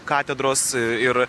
katedros ir